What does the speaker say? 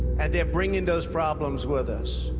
and they're bringing those problems with us.